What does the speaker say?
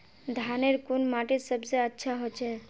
धानेर कुन माटित सबसे अच्छा होचे?